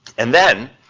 and then,